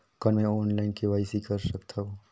कौन मैं online KYC कर सकथव?